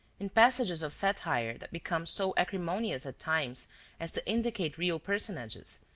in passages of satire that becomes so acrimonious at times as to indicate real personages,